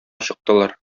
чыктылар